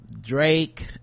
drake